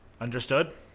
Understood